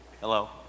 Hello